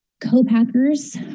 co-packers